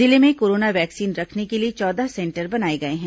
जिले में corona vaccine रखने के लिए चौदह सेंटर बनाए गए हैं